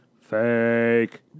Fake